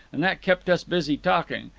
and that kept us busy talking,